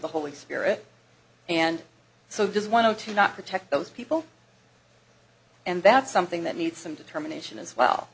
the holy spirit and so does one or two not protect those people and that's something that needs some determination as well